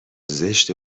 زشت